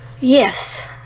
Yes